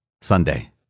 Sunday